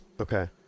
okay